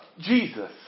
Jesus